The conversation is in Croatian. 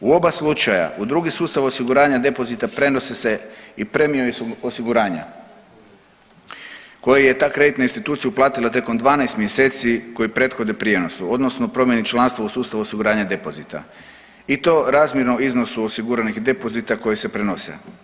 U oba slučaja u drugi sustav osiguranja depozita prenose se i premije osiguranja koje je ta kreditna institucija uplatila tijekom 12 mjeseci koji prethode prijenosu odnosno promjeni članstva u sustavu osiguranja depozita i to razmjeru iznosu osiguranih depozita koji se prenose.